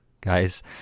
guys